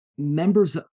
members